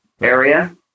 area